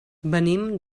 venim